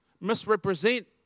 misrepresent